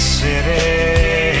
city